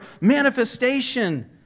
manifestation